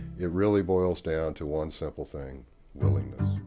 it really boils down to one simple thing willingness.